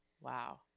Wow